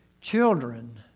Children